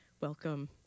Welcome